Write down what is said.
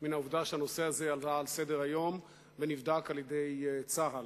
של העובדה שהנושא הזה עלה על סדר-היום ונבדק על-ידי צה"ל.